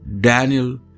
Daniel